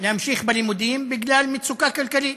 להמשיך בלימודים, בגלל מצוקה כלכלית.